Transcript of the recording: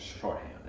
shorthand